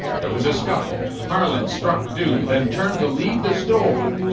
there was a scuffle. harlins struck du, then turned to leave the store.